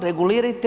Regulirajte.